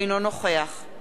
סטס מיסז'ניקוב,